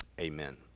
amen